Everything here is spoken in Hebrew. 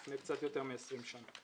לפני קצת יותר מ-20 שנה.